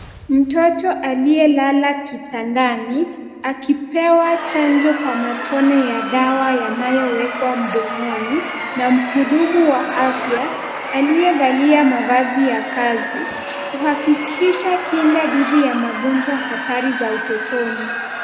Mtoto aliyelala kitandani akipewa chanjo kwa matone ya dawa yanayowekwa mdomoni na mhudumu wa afya, aliyevalia mavazi ya kazi, kuhakikisha kinga dhidi ya magonjwa hatari za utotoni.